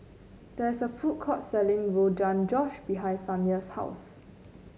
there is a food court selling Rogan Josh behind Samir's house